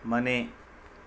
ಮನೆ